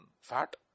fat